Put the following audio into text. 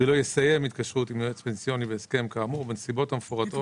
ולא יסיים התקשרות עם יועץ פנסיוני בהסכם כאמור בנסיבות המפורטות